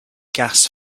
gas